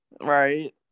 Right